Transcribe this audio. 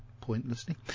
pointlessly